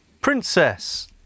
Princess